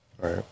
right